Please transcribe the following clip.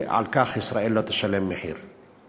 וישראל לא תשלם מחיר על כך?